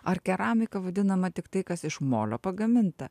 ar keramika vadinama tiktai kas iš molio pagaminta